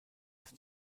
des